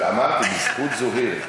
אמרתי: בזכות זוהיר.